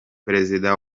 perezida